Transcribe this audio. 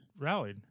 Rallied